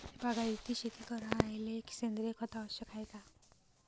बागायती शेती करायले सेंद्रिय खत आवश्यक हाये का?